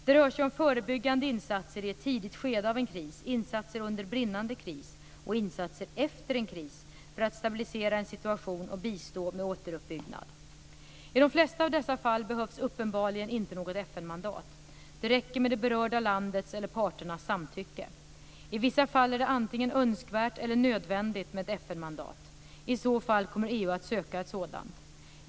· Det rör sig om förebyggande insatser i ett tidigt skede av en kris, insatser under brinnande kris och insatser efter en kris för att stabilisera en situation och bistå med återuppbyggnad. I de flesta av dessa fall behövs uppenbarligen inte något FN-mandat. Det räcker med det berörda landets eller parternas samtycke. I vissa fall är det antingen önskvärt eller nödvändigt med ett FN-mandat. I så fall kommer EU att söka ett sådant.